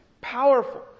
Powerful